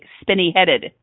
spinny-headed